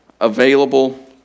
available